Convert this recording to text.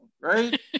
right